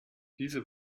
diese